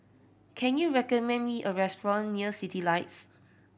can you recommend me a restaurant near Citylights